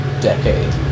decade